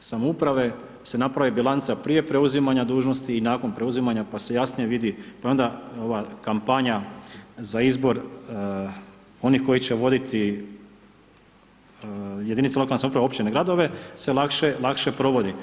samouprave da se napravi bilanca prije preuzimanja dužnosti i nakon preuzimanja pa se jasnije vidi, pa je onda ova kampanja za izbor onih koji će voditi jedinice lokalne samouprave, općine, gradove se lakše provodi.